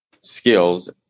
skills